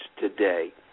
today